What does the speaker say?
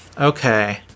Okay